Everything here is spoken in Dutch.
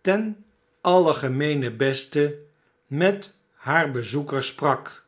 ten algemeenen beste met haar bezoeker sprak